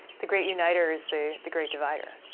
the great uniter is the the great divider.